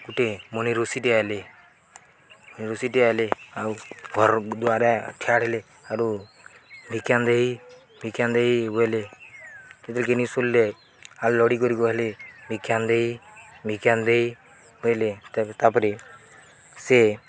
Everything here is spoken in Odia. ଗୋଟେ ମୁନି ଋଷିଟି ଆଇଲେ ଋଷିଟି ଆଇଲେ ଆଉ ଘରଦ୍ୱାରେ ଠିଆ ହେଲେ ଆରୁ ଭିକ୍ଷାମ୍ ଦେଇ ଭିକ୍ଷାମ୍ ଦେଇ ବୋଇଲେ ଯେଥିରେକି ନାଇଁ ଶୁଣଲେ ଆ ଲଢ଼ିକରି ହେଲେ ଭିକ୍ଷାମ୍ ଦେଇ ଭିକ୍ଷାମ୍ ଦେଇ ବୋଇଲେ ତାପରେ ସେ